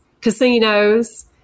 casinos